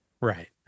Right